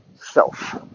self